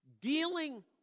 Dealing